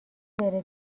بره